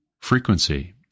frequency